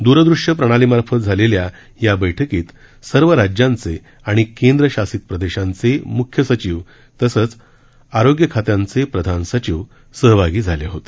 द्रदृष्यप्रणालीमार्फत झालेल्या या बैठकीत सर्व राज्यांचे आणि केंद्रशासित प्रदेशांचे मुख्यसचिव तसंच आरोग्य खात्यांचे प्रधान सचिव सहभागी झाले होते